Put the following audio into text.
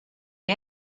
you